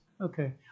Okay